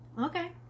Okay